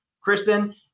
Kristen